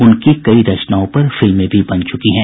उनकी कई रचनाओं पर फिल्में भी बन चुकी हैं